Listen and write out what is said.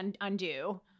undo